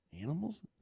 Animals